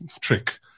trick